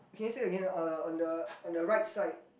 can you say again uh on the on the right side